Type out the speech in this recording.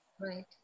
Right